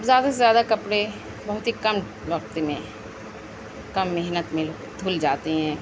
زیادہ سے زیادہ کپڑے بہت ہی کم وقت میں کم محنت میں دُھل جاتے ہیں